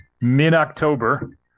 Mid-October